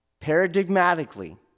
paradigmatically